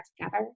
together